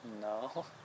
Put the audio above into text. No